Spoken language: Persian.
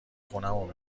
خونمون